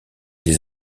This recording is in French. les